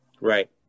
Right